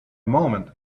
moment